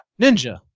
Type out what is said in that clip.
Ninja